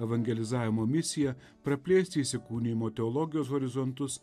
evangelizavimo misiją praplėsti įsikūnijimo teologijos horizontus